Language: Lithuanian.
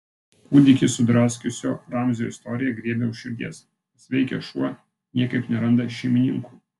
kūdikį sudraskiusio ramzio istorija griebia už širdies pasveikęs šuo niekaip neranda šeimininkų